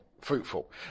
fruitful